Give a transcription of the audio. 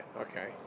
okay